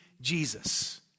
Jesus